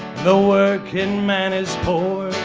the working man is poor